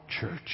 church